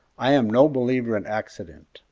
i am no believer in accident.